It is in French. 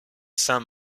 saint